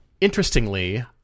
interestingly